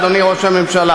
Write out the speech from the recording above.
אדוני ראש הממשלה.